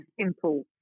simple